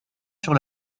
sur